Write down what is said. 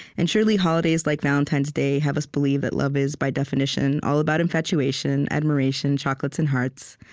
and surely holidays like valentine's day have us believe that love is, by definition, all about infatuation, admiration, chocolates, and hearts.